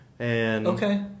Okay